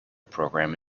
program